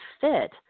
fit